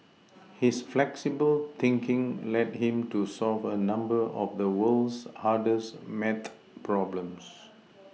his flexible thinking led him to solve a number of the world's hardest math problems